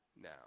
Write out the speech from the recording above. now